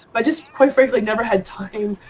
i just quite frankly never had time.